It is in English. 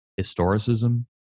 historicism